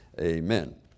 Amen